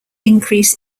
increase